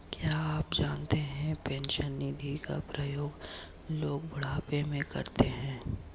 क्या आप जानते है पेंशन निधि का प्रयोग लोग बुढ़ापे में करते है?